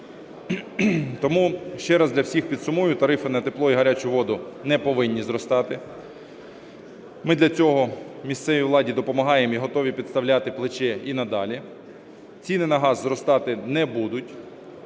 Тому ще раз для всіх підсумую. Тарифи на тепло і гарячу воду не повинні зростати, ми для цього місцевій владі допомагаємо і готові підставляти плече і надалі. Ціни на газ зростати не будуть.